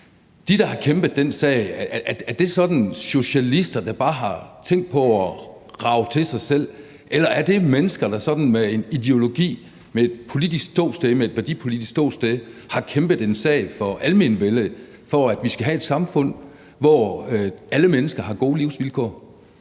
De, der har kæmpet for den sag, er det sådan socialister, der bare har tænkt på at rage til sig, eller er det mennesker, der ud fra en ideologi og et værdipolitisk ståsted har kæmpet for en sag for almenvellet, og for at vi kan have et samfund, hvor alle mennesker har gode livsvilkår?